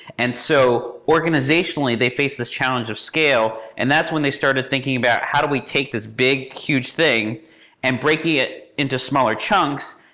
and so organizationally, they face this challenge of scale and that's when they started thinking about how do we take this big, huge thing and breaking it into smaller chunks,